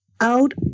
out